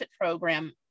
program